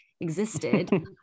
existed